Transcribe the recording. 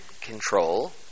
control